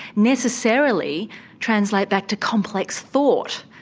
necessarily translate back to complex thought.